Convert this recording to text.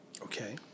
Okay